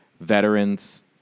veterans